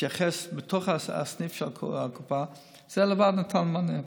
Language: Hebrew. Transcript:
להתייחס בתוך הסניף של הקופה, זה לבד נתן מענה.